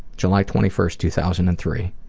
july twenty first, two thousand and three.